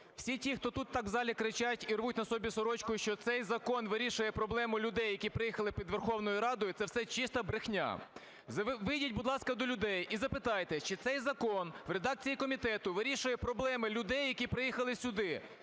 Всі ті, хто тут так у залі кричать і рвуть на собі сорочку, що цей закон вирішує проблему людей, які приїхали під Верховну Раду, це все чиста брехня. Вийдіть, будь ласка, до людей і запитайте, чи цей закон в редакції комітету вирішує проблеми людей, які приїхали сюди.